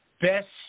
Best